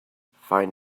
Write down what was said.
find